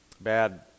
bad